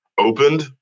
opened